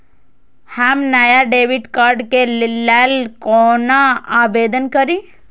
हम नया debit card के लल कौना आवेदन करि?